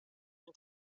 این